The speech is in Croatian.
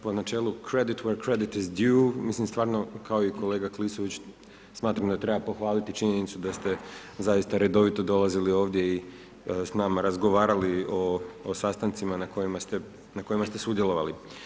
Po načelu … mislim stvarno kao i kolega Klisović, smatram da treba pohvaliti činjenicu, da ste, zaista, redovito dolazili ovdje i s nama razgovarali o sastancima na kojima ste sudjelovali.